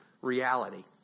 reality